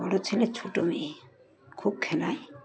বড়ো ছেলেের ছোটো মেয়ে খুব খেলায়